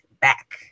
back